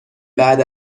بعد